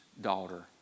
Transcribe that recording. daughter